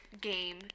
game